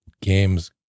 games